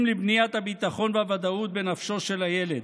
לבניית הביטחון והוודאות בנפשו של הילד,